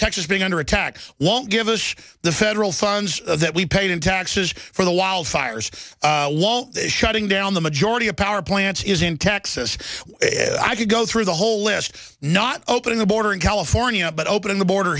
taxes being under a tax won't give us the federal funds that we paid in taxes for the wildfires shutting down the majority of power plants is in texas so i could go through the whole list not opening the border in california but opening the border